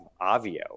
Avio